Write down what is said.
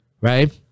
right